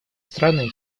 страны